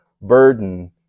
burden